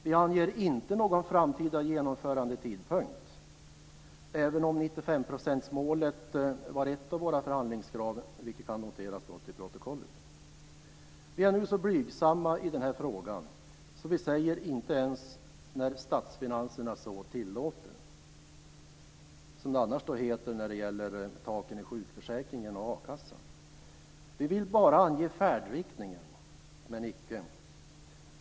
Vi anger inte någon framtida genomförandetidpunkt, även om målet på 95 % var ett av våra förhandlingskrav, vilket kan noteras till protokollet. I den här frågan är vi så blygsamma att vi inte ens säger när statsfinanserna så tillåter, som det annars heter när det gäller taken i sjukförsäkringen och a-kassan. Vi vill bara ange färdriktningen, men icke.